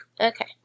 Okay